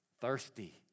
Thirsty